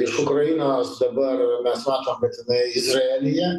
iš ukrainos dabar mes matom kad jinai izraelyje